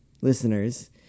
listeners